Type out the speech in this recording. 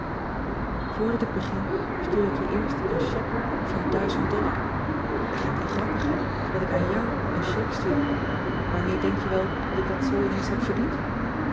oordat ik begin stuur ik je eerst een chèque van et lijkt wel grappig hé dat ik aan jou een chèque stuur aarmee denk je wel dat ik dat zoo ineens heb verdiend